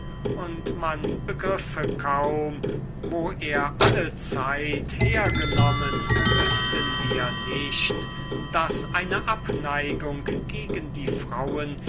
und man begriffe kaum wo er alle zeit hergenommen wüßten wir nicht daß eine abneigung gegen die frauen